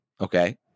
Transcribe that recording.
okay